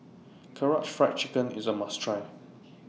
Karaage Fried Chicken IS A must Try